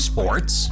Sports